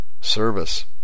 service